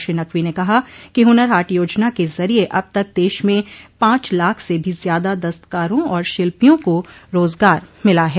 श्री नकवी ने कहा कि हुनर हाट योजना के ज़रिये अब तक देश में पांच लाख से भी ज्यादा दस्तकारों और शिल्पियों को रोजगार मिला है